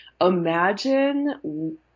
imagine